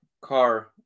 car